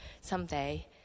someday